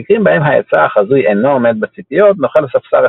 במקרים בהם ההיצע החזוי אינו עומד בציפיות נוחל הספסר